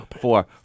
Four